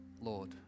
Lord